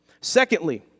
Secondly